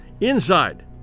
inside